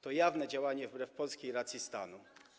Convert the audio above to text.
To jawne działanie wbrew polskiej racji stanu.